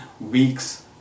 week's